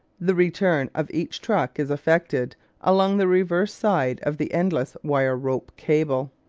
the return of each truck is effected along the reverse side of the endless wire-rope cable.